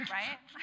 right